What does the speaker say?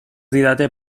didate